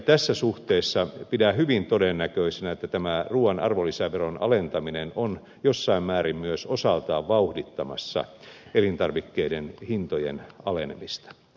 tässä suhteessa pidän hyvin todennäköisenä että ruuan arvonlisäveron alentaminen on jossain määrin myös osaltaan vauhdittamassa elintarvikkeiden hintojen alenemista